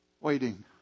waiting